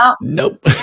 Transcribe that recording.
nope